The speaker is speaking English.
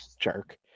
Jerk